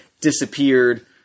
disappeared